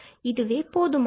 இதுவே போதுமானது